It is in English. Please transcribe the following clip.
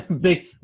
Big